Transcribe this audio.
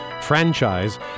franchise